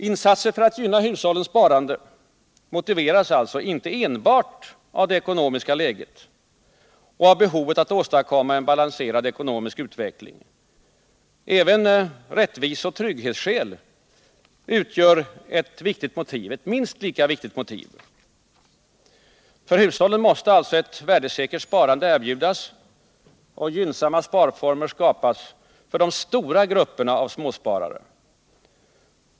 Insatser för att gynna hushållens sparande motiveras alltså inte enbart av det ekonomiska läget och av behovet att åstadkomma en balanserad ekonomisk utveckling, utan rättvise och trygghetsskäl utgör ett minst lika viktigt motiv. Ett värdesäkert sparande måste erbjudas hushållen och gynnsamma sparformer skapas för de stora grupperna av småsparare.